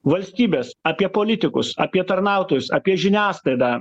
valstybes apie politikus apie tarnautojus apie žiniasklaidą